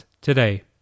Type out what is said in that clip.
today